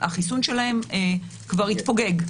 והחיסון שלהם כבר התפוגג.